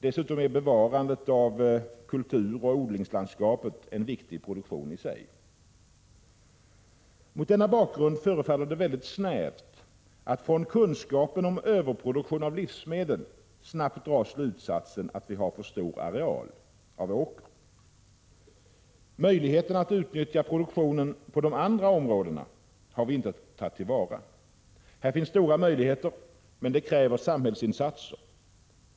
Dessutom är bevarandet av kulturoch odlingslandskapet en viktig produktion i sig. Mot denna bakgrund förefaller det väldigt snävt att från kunskapen om överproduktion av livsmedel snabbt dra slutsatsen att vi har alltför stor åkerareal. Möjligheterna att utnyttja produktionen på de andra områdena har vi inte tagit till vara. Dessa möjligheter är stora, men de kräver samhällsinsatser.